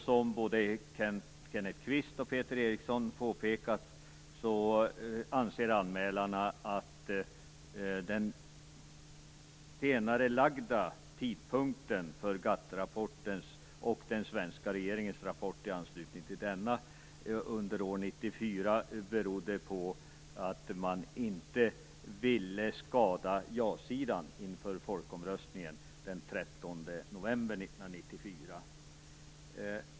Som både Kenneth Kvist och Peter Eriksson har påpekat anser anmälarna att den senarelagda tidpunkten för GATT-rapporten och den svenska regeringens rapport i anslutning till denna under år 1994 berodde på att man inte ville skada jasidan inför folkomröstningen den 13 november 1994.